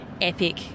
epic